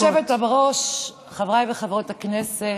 גברתי היושבת-ראש, חברי וחברות הכנסת,